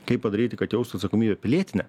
kaip padaryti kad jausti atsakomybę pilietinę